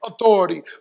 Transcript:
authority